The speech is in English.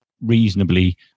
reasonably